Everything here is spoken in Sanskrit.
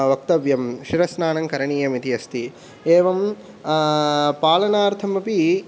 वक्तव्यं शिरस्नानं करणीयम् इति अस्ति एवं पालनार्थम् अपि